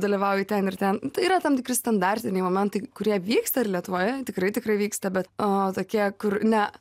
dalyvauji ten ir ten yra tam tikri standartiniai momentai kurie vyksta ir lietuvoje tikrai tikrai vyksta bet a tokie kur ne